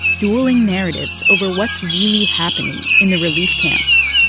dueling narratives over what's really happening in the relief camps,